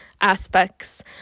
aspects